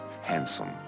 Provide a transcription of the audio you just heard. handsome